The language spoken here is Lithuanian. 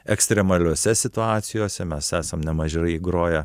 ekstremaliose situacijose mes esam nemažai groję